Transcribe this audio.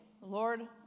Lord